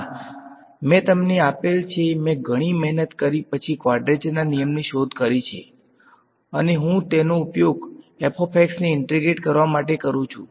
ના મેં તમને આપેલ છે મેં ઘણી મહેનત પછી કવાડ્રેચરનો નિયમની શોધ કરી છે અને હું તેનો ઉપયોગ ને ઈંટેગ્રેટ કરવા માટે કરું છું